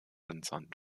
entsandt